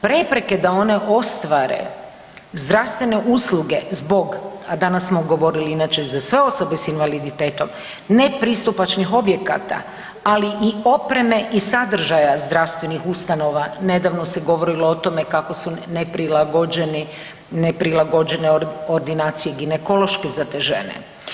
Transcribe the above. Prepreke da one ostvare zdravstvene usluge zbog, a danas smo govorili inače za sve osobe s invaliditetom nepristupačnih objekata, ali i opreme i sadržaja zdravstvenih ustanova, nedavno se govorili o tome kako su neprilagođene ordinacije ginekološke za te žene.